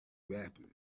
rapidly